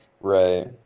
Right